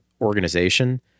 organization—